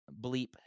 Bleep